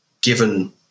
given